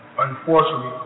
Unfortunately